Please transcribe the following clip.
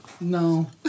No